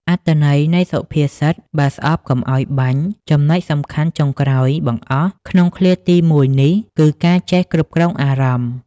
អត្ថន័យនៃសុភាសិត "បើស្អប់កុំឲ្យបាញ់" ចំណុចសំខាន់ចុងក្រោយបង្អស់ក្នុងឃ្លាទីមួយនេះ គឺការចេះគ្រប់គ្រងអារម្មណ៍។